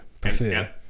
prefer